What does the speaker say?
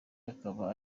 akaba